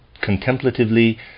contemplatively